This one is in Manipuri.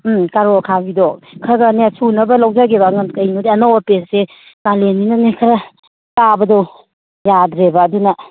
ꯎꯝ ꯀꯥꯔꯣꯠ ꯑꯈꯥꯕꯤꯗꯣ ꯈꯔ ꯈꯔꯅꯦ ꯁꯨꯅꯕ ꯂꯧꯖꯒꯦꯕ ꯀꯩꯅꯣꯗꯤ ꯑꯅꯧ ꯑꯄꯦꯠꯁꯦ ꯀꯥꯂꯦꯟꯅꯤꯅꯅꯦ ꯈꯔ ꯆꯥꯕꯗꯣ ꯌꯥꯗ꯭ꯔꯦꯕ ꯑꯗꯨꯅ